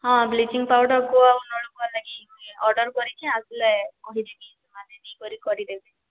ହଁ bleaching powder କୂଅ ନଳକୂଅ ଲାଗି ଅର୍ଡ଼ର୍ କରିକି ଆସ୍ଲେ କହିଦେମି ହଁ ସେମାନେ ନେଇକରି କରିଦେବେ